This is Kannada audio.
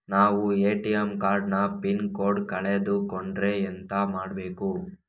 ನಾವು ಎ.ಟಿ.ಎಂ ಕಾರ್ಡ್ ನ ಪಿನ್ ಕೋಡ್ ಕಳೆದು ಕೊಂಡ್ರೆ ಎಂತ ಮಾಡ್ಬೇಕು?